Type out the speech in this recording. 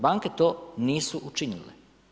Banke to nisu učinile.